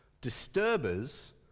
Disturbers